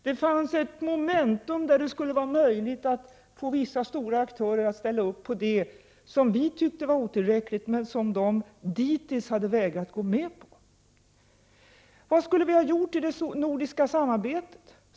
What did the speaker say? Det fanns ett moment där det skulle vara möjligt att få vissa stora aktörer att ställa upp på sådant som vi tyckte var otillräckligt men som de dittills vägrat gå med på. Vad skulle vi ha gjort i det nordiska samarbetet?